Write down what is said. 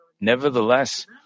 Nevertheless